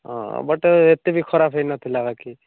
ହଁ ବଟ୍ ଏତେ ବି ଖରାପ ହେଇନଥିଲା ବାକି